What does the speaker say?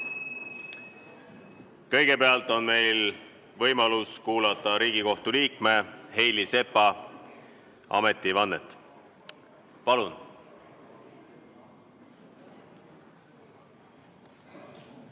Kõigepealt on meil võimalus kuulata Riigikohtu liikme Heili Sepa ametivannet. Palun!